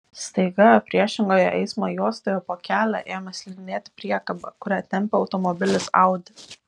staiga priešingoje eismo juostoje po kelią ėmė slidinėti priekaba kurią tempė automobilis audi